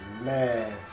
man